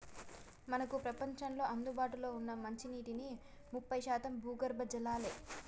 మనకు ప్రపంచంలో అందుబాటులో ఉన్న మంచినీటిలో ముప్పై శాతం భూగర్భ జలాలే